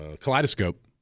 Kaleidoscope